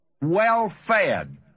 well-fed